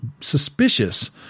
suspicious